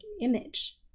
image